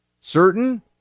certain